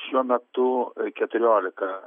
šiuo metu keturiolika